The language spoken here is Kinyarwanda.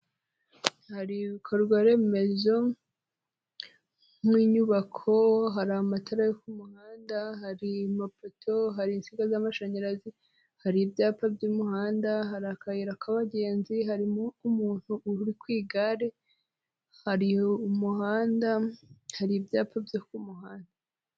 Hari ibikorwaremezo nk'inyubako, hari amatara yo muhanda, hari ampaputo, hari insinga z'amashanyarazi, hari ibyapa by'umuhanda, hari akayira k'abagenzi, harimo umuntu uri ku igare, hari umuhanda hari ibyapa byo ku muhanda.